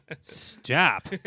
Stop